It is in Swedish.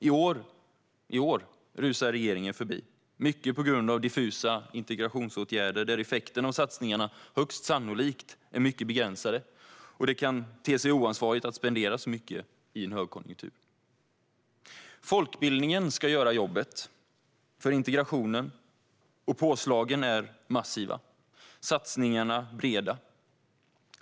I år rusar regeringen förbi, mycket på grund av diffusa integrationsåtgärder där effekten av satsningarna högst sannolikt är mycket begränsade, och det kan te sig oansvarigt att spendera så mycket i en högkonjunktur. Folkbildningen ska göra jobbet för integrationen. Påslagen är massiva, och satsningarna är breda.